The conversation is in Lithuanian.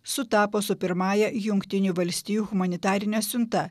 sutapo su pirmąja jungtinių valstijų humanitarine siunta